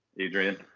Adrian